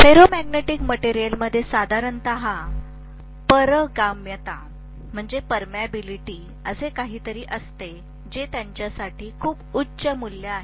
ferromagnetic मटेरियलमध्ये सामान्यत पारगम्यता असे काहीतरी असते जे त्यांच्यासाठी खूप उच्च मूल्य आहे